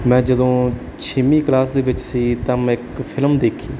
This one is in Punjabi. ਮੈਂ ਜਦੋਂ ਛੇਵੀਂ ਕਲਾਸ ਦੇ ਵਿੱਚ ਸੀ ਤਾਂ ਮੈਂ ਇੱਕ ਫਿਲਮ ਦੇਖੀ